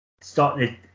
starting